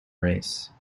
race